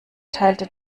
teilte